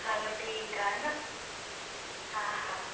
हलो ठीकु आहे न हा हा